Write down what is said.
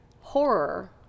horror